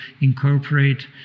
incorporate